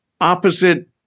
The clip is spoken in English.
opposite